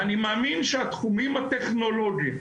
ואני מאמין שהתחומים הטכנולוגיים,